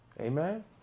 Amen